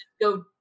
go